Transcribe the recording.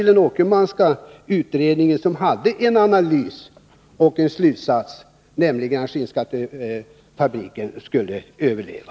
Den Åkermanska utredningen hade däremot en analys — och en slutsats, nämligen att fabriken i Skinnskatteberg skulle överleva.